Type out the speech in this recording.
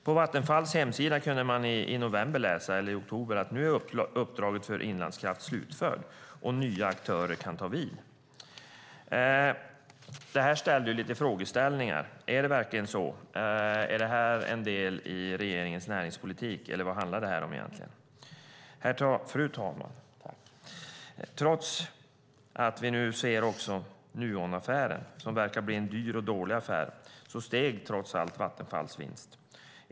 På Vattenfalls hemsida kunde man i oktober eller november läsa att uppdraget för Vattenfall Inlandskraft är slutfört och att nya aktörer kan ta vid. Det medför lite frågeställningar. Är det verkligen så? Är det en del i regeringens näringspolitik, eller vad handlar det egentligen om? Fru talman! Trots att vi nu ser Nuonaffären, som verkar bli en dyr och dålig affär, steg Vattenfalls vinst.